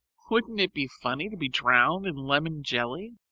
wouldn't it be funny to be drowned in lemon jelly?